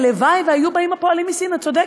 הלוואי שהיו באים הפועלים מסין, את צודקת.